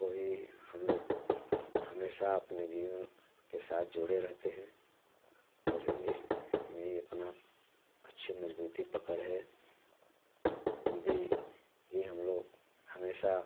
और हिन्दी हम लोग हमेशा अपने जीवन के साथ जोड़े रहते हैं और हिन्दी भी अपना अच्छी मजबूती पकड़ है हिन्दी ही हम लोग हमेशा